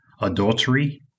adultery